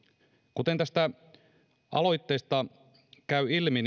kuten tästä aloitteesta käy ilmi